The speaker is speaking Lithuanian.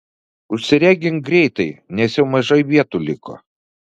užsiregink greitai nes jau mažai vietų liko